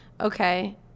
okay